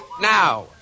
now